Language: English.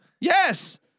Yes